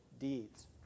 deeds